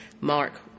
Mark